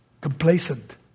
complacent